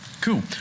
cool